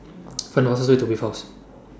Find The fastest Way to Wave House